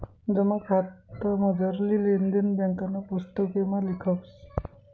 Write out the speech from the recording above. जमा खातामझारली लेन देन ब्यांकना पुस्तकेसमा लिखावस